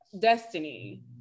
destiny